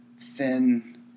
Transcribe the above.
thin